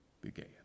began